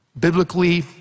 Biblically